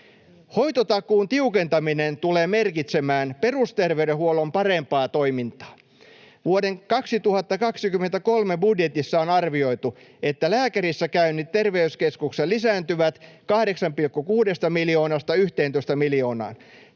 Hoitotakuun tiukentaminen tulee merkitsemään perusterveydenhuollon parempaa toimintaa. Vuoden 2023 budjetissa on arvioitu, että lääkärikäynnit terveyskeskuksissa lisääntyvät 8,6 miljoonasta 11 miljoonaan.